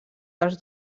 dels